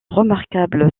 remarquable